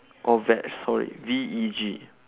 or veg sorry V E G